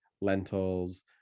lentils